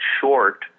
short